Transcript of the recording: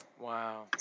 Wow